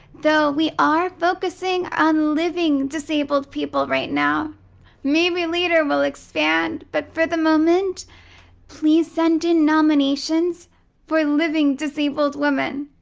though we are focusing on living disabled people right now maybe later we'll expand but for the moment please send in nominations for living disabled women.